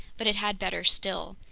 but it had better still.